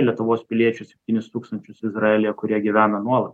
lietuvos piliečių septynis tūkstančius izraelyje kurie gyvena nuolat